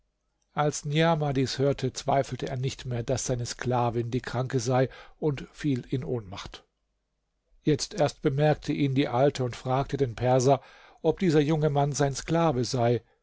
als niamah dies hörte zweifelte er nicht mehr daß seine sklavin die kranke sei und fiel in ohnmacht jetzt erst bemerkte ihn die alte und fragte den perser ob dieser junge mann sein sklave sei